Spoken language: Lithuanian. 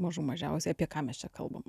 mažų mažiausiai apie ką mes čia kalbam